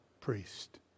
priest